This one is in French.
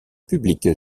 publique